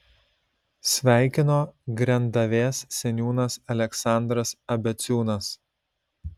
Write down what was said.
sveikino grendavės seniūnas aleksandras abeciūnas